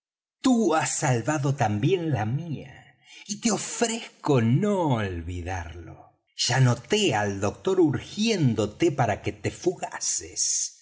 tú has salvado también la mía y te ofrezco no olvidarlo ya noté al doctor urgiéndote para que te fugases